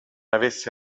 avesse